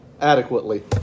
adequately